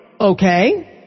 Okay